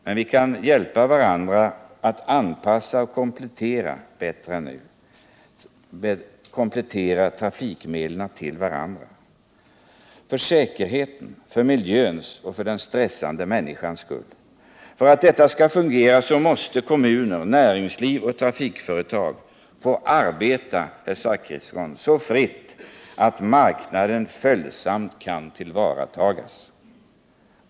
Men vi kan hjälpas åt att bättre än nu anpassa trafik medlen så att de kompletterar varandra — för säkerhetens, för miljöns och för den stressade människans skull. För att detta skall fungera måste kommuner, näringsliv och trafikföretag få arbeta, herr Zachrisson, så fritt att marknaden följsamt kan tillvaratas.